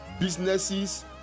businesses